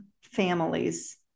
families